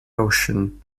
ocean